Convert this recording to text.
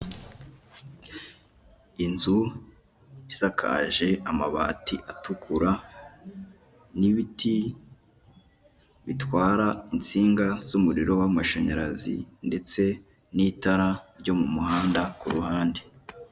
Inzu isakaje amabari atukura, n'ibiti bitwara insinga z'umuriro w'amashanyarazi, n'itara n'itara ryo mu muhanda ku ruhande.